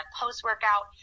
post-workout